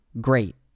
great